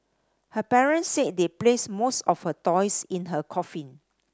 her parents said they placed most of her toys in her coffin